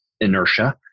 inertia